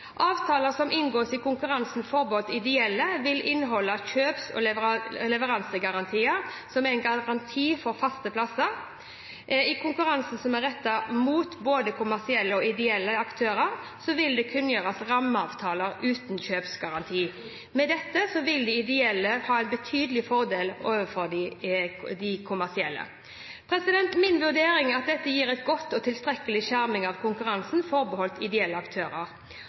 som inngås i konkurransen forbeholdt ideelle, vil inneholde kjøps- og leveransegarantier, som er garanti for faste plasser. I konkurransen som er rettet mot både kommersielle og ideelle aktører, vil det kunngjøres rammeavtaler uten kjøpsgaranti. Med dette vil de ideelle ha en betydelig fordel framfor de kommersielle. Min vurdering er at dette gir en god og tilstrekkelig skjerming av konkurransen forbeholdt ideelle aktører.